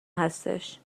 هستش